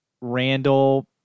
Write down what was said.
Randall